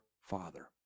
father